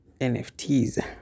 nfts